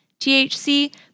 THC